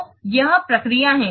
तो यह प्रक्रिया है